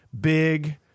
Big